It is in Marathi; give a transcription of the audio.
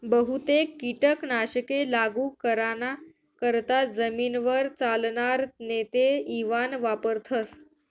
बहुतेक कीटक नाशके लागू कराना करता जमीनवर चालनार नेते इवान वापरथस